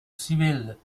civiles